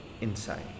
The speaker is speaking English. inside